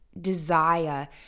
desire